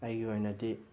ꯑꯩꯒꯤ ꯑꯣꯏꯅꯗꯤ